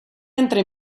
entre